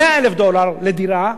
100,000 דולר לדירה,